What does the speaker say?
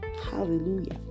hallelujah